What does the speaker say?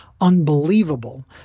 Unbelievable